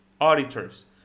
auditors